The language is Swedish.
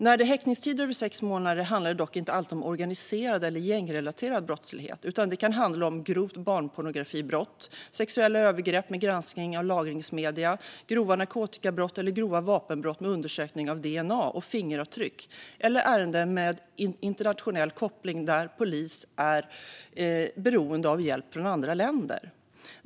När det gäller häktningstider över sex månader handlar det dock inte alltid om organiserad eller gängrelaterad brottslighet, utan det kan handla om grovt barnpornografibrott, sexuella övergrepp med granskning av lagringsmedier, grova narkotikabrott eller grova vapenbrott med undersökning av dna och fingeravtryck eller ärenden med internationell koppling där polis är beroende av hjälp från andra länder.